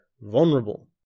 vulnerable